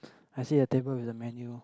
I see the table with the menu